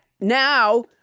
now